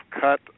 cut